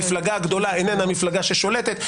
המפלגה הגדולה איננה מפלגה ששולטת,